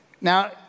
Now